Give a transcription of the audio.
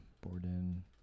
Borden